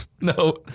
No